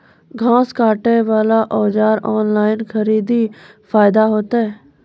घास काटे बला औजार ऑनलाइन खरीदी फायदा होता?